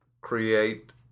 create